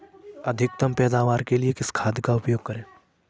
अधिकतम पैदावार के लिए किस खाद का उपयोग करें?